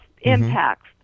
impacts